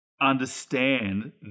understand